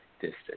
distance